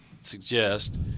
suggest